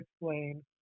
explain